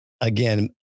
Again